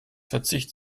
verzicht